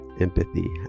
empathy